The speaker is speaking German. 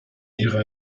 ihre